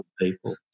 people